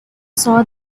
saw